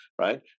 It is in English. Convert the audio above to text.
right